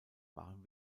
waren